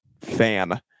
fan